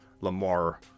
Lamar